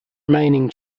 remaining